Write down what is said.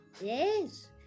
Yes